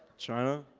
china?